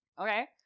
okay